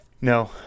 No